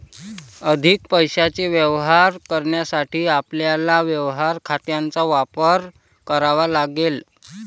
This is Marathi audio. अधिक पैशाचे व्यवहार करण्यासाठी आपल्याला व्यवहार खात्यांचा वापर करावा लागेल